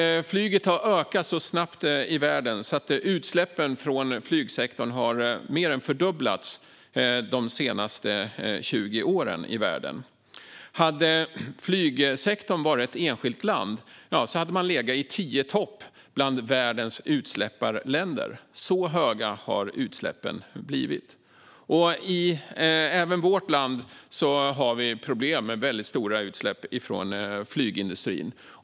Flyget har ökat så snabbt i världen att utsläppen från flygsektorn mer än fördubblats de senaste 20 åren. Hade flygsektorn varit ett enskilt land hade den legat på topp tio bland världens utsläpparländer - så höga har utsläppen blivit. Även i vårt land har vi problem med väldigt stora utsläpp från flygindustrin.